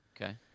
Okay